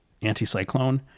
anticyclone